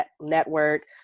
network